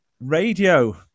Radio